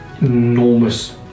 enormous